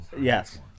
Yes